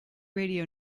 radio